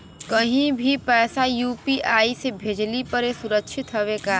कहि भी पैसा यू.पी.आई से भेजली पर ए सुरक्षित हवे का?